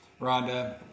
Rhonda